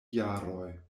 jaroj